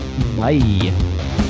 Bye